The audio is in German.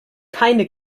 keine